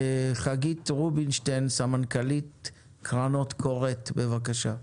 חגית רובינשטיין, סמנכ"לית קרנות קורת, בבקשה.